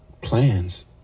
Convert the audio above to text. plans